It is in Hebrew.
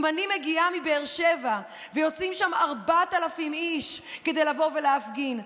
אם אני מגיעה מבאר שבע ויוצאים שם 4,000 איש כדי לבוא ולהפגין,